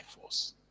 force